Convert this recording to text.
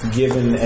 given